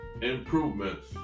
improvements